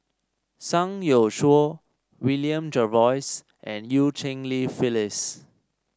Zhang Youshuo William Jervois and Eu Cheng Li Phyllis